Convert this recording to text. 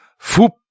Foop